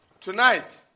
Tonight